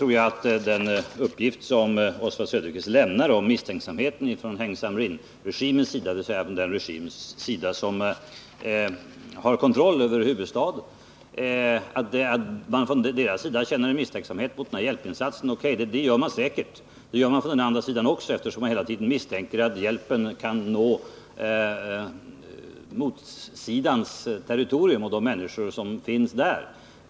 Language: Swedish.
Oswald Söderqvists uppgift om att Heng Samrin-regimen — dvs. den regim som har kontroll över huvudstaden — känner misstänksamhet mot de här hjälpinsatserna är riktig. Men samma misstänksamhet finns även på den andra sidan — man misstänker att hjälpen skall gå till de människor som finns på motståndarsidans territorium.